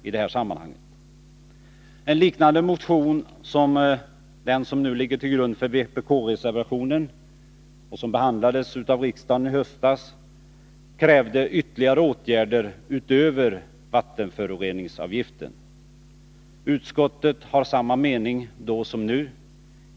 I en liknande motion som den som nu ligger till grund för vpkreservationen och som behandlades av riksdagen i höstas krävde man ytterligare åtgärder utöver en vattenföroreningsavgift. Utskottet har samma mening då som nu.